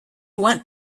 went